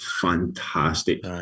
fantastic